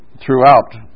throughout